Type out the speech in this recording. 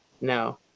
No